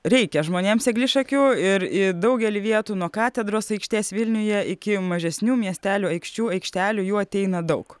reikia žmonėms eglišakių ir į daugelį vietų nuo katedros aikštės vilniuje iki mažesnių miestelių aikščių aikštelių jų ateina daug